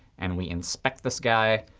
and we inspect this guy,